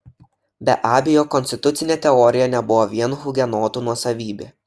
be abejo konstitucinė teorija nebuvo vien hugenotų nuosavybė